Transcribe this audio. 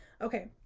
okay